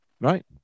Right